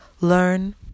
learn